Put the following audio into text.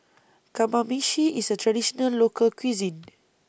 Kamameshi IS A Traditional Local Cuisine